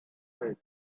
said